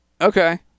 Okay